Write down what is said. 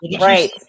Right